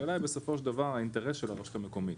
השאלה אם בסופו של דבר האינטרס של הרשות המקומית